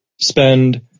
spend